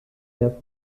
der